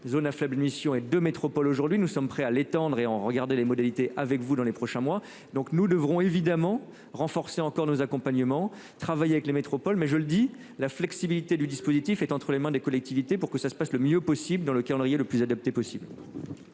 zones à faibles émissions et de métropole. Aujourd'hui nous sommes prêts à l'étendre et en regarder les modalités avec vous dans les prochains mois. Donc, nous devrons évidemment renforcé encore nos accompagnement travailler avec les métropoles mais je le dis la flexibilité du dispositif est entre les mains des collectivités pour que ça se passe le mieux possible dans le calendrier le plus adapté possible.